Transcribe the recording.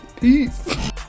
peace